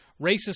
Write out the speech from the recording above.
racist